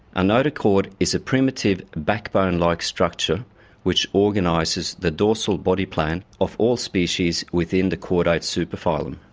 a notochord is a primitive backbone-like structure which organises the dorsal body plan of all species within the chordate superphylum.